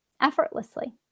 effortlessly